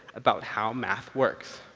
about how math works.